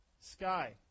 Sky